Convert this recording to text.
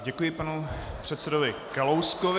Děkuji panu předsedovi Kalouskovi.